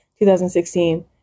2016